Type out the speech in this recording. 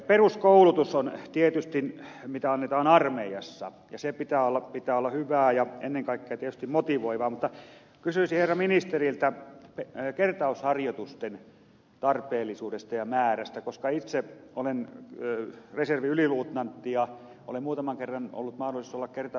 peruskoulutus on tietysti se mitä annetaan armeijassa ja sen pitää olla hyvää ja ennen kaikkea tietysti motivoivaa mutta kysyisin herra ministeriltä kertausharjoitusten tarpeellisuudesta ja määrästä koska itse olen reservin yliluutnantti ja minulla on muutaman kerran ollut mahdollisuus olla kertausharjoituksissa mukana